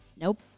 Nope